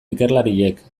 ikerlariek